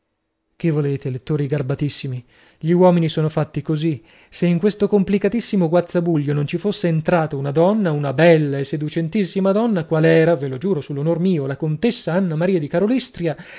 che volete lettori garbatissimi gli uomini sono fatti così se in questo complicatissimo guazzabuglio non ci fosse entrata una donna una bella e seducentissima donna qual era ve lo giuro sull'onor mio la contessa anna maria di